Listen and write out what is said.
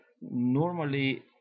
normally